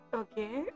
okay